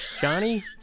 Johnny